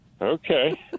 Okay